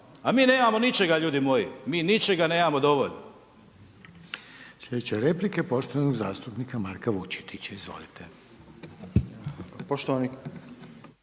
A mi nemamo ničega ljudi moji, mi ničega nemamo dovoljno. **Reiner, Željko (HDZ)** Slijedeća replika je poštovanog zastupnika Marka Vučetića, izvolite.